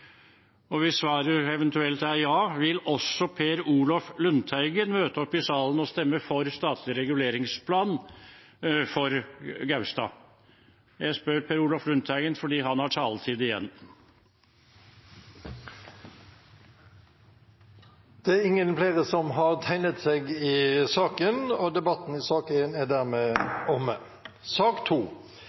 eventuelt er ja, vil også Per Olaf Lundteigen møte opp i salen og stemme for statlig reguleringsplan for Gaustad? Jeg spør Per Olaf Lundteigen, fordi han har taletid igjen. Flere har ikke bedt om ordet til sak nr. 1. Etter ønske fra helse- og omsorgskomiteen vil presidenten ordne debatten